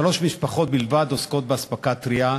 שלוש משפחות בלבד עוסקות באספקה טרייה,